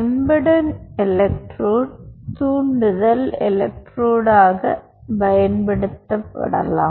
embedded electrode தூண்டுதல் எலெக்ட்ரோடாக பயன்படுத்தலாம்